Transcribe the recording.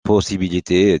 possibilités